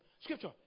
Scripture